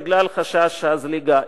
בגלל חשש הזליגה.